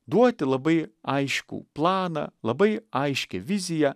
duoti labai aiškų planą labai aiškią viziją